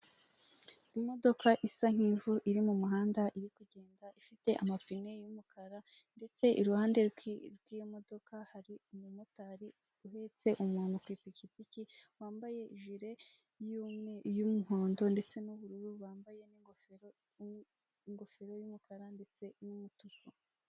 Imodoka isa nk'ivu iri mu muhanda iri kugenda ifite amapine y'umukara, ndetse iruhande rw'iyo modoka hari umumotari uhetse umuntu ku ipikipiki wambaye ijire y'umuhondo ndetse n'ubururu wambaye n'ingoferoy'umukara ndetse n'umutuku.